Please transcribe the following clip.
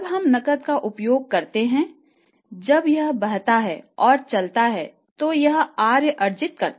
जब हम नकद का उपयोग करते हैंजब यह बहता है या चलता है तो यह आय अर्जित करता है